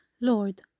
lord